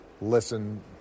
listen